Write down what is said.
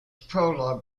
prologue